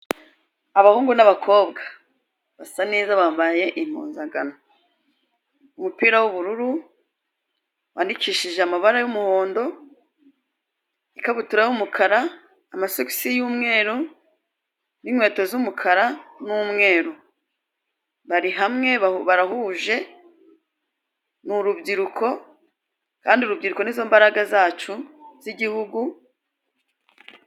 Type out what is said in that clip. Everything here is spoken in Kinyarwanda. Abahungu n'abakobwa, basa neza bambaye impuzankano, umupira w'ubururu wandikishije amabara y'umuhondo, ikabutura y'umukara, amasogisi y'umweru, n'inkweto z'umukara n'umweru, bari hamwe barahuje ni urubyiruko kandi urubyiruko ni zo mbaraga zacu z'igihugu.